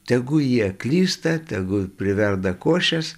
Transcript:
tegu jie klysta tegu priverda košės